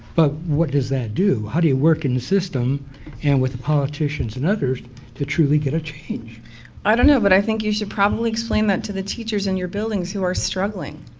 but what does that do? how do you work in the system and with politicians and others to truly get a change? rhonda i don't know, but i think you should probably explain that to the teachers in your buildings who are struggling.